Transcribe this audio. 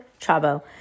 Chabo